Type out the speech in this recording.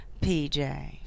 PJ